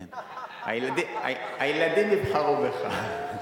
כן, הילדים יבחרו בך.